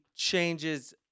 Changes